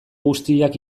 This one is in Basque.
guztiak